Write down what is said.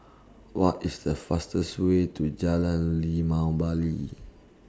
What IS The fastest Way to Jalan Limau Bali